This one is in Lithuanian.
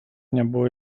nebuvo